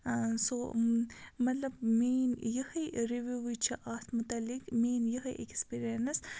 سو مطلب میانۍ یِہے رِوِوٕے چھِ اَتھ مُتعلِق میٲنۍ یِہے ایٚکسپیٖرینٕس